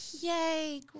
yay